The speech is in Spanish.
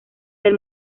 del